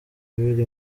biri